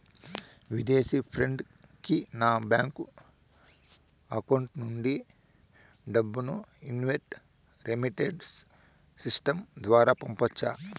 విదేశీ ఫ్రెండ్ కి నా బ్యాంకు అకౌంట్ నుండి డబ్బును ఇన్వార్డ్ రెమిట్టెన్స్ సిస్టం ద్వారా పంపొచ్చా?